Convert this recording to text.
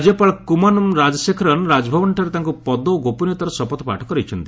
ରାଜ୍ୟପାଳ କୁମ୍ମାନମ୍ ରାଜ୍ଚଶେଖରନ୍ ରାଜଭବନଠାରେ ତାଙ୍କୁ ପଦ ଓ ଗୋପନୀୟତାର ଶପଥପାଠ କରାଇଛନ୍ତି